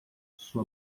sua